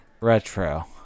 retro